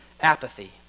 apathy